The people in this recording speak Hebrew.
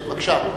בבקשה,